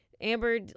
Amber